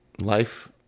life